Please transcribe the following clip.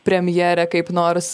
premjerę kaip nors